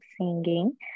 singing